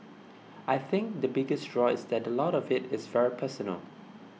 I think the biggest draw is that a lot of it is very personal